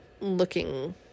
looking